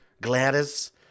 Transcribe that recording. Gladys